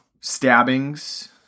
stabbings